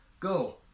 Go